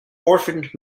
orphaned